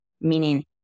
meaning